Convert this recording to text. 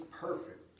perfect